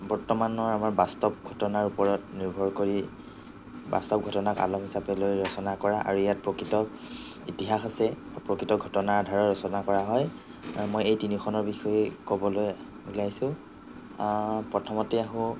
বৰ্তমানৰ আমাৰ বাস্তৱ ঘটনাৰ ওপৰত নিৰ্ভৰ কৰি বাস্তৱ ঘটনাক আলম হিচাপে লৈ ৰচনা কৰা আৰু ইয়াত প্ৰকৃত ইতিহাস আছে প্ৰকৃত ঘটনাৰ আধাৰত ৰচনা কৰা হয় আৰু মই এই তিনিখনৰ বিষয়ে ক'বলৈ ওলাইছোঁ প্ৰথমতে আহোঁ